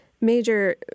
Major